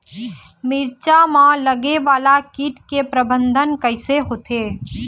मिरचा मा लगे वाला कीट के प्रबंधन कइसे होथे?